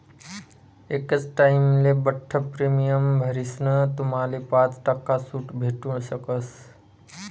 एकच टाइमले बठ्ठ प्रीमियम भरीसन तुम्हाले पाच टक्का सूट भेटू शकस